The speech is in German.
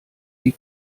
die